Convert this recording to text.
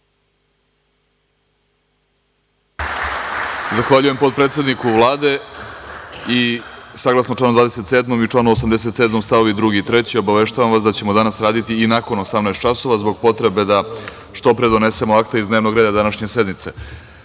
Zahvaljujem potpredsedniku Vlade. Saglasno članu 27. i članu 87. st. 2. i 3. obaveštavam vas da ćemo danas raditi i nakon 18.00 časova, zbog potrebe da što pre donesemo akta iz dnevnog reda današnje sednice. Očekuje